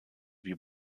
wie